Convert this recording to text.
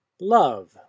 Love